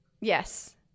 Yes